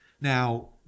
Now